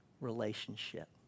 relationship